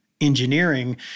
engineering